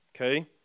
Okay